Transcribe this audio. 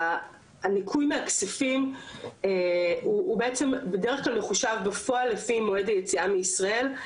הניכוי מהכספים הוא בעצם בדרך כלל מחושב בפועל לפי מועד היציאה מישראל,